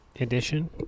edition